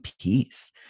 peace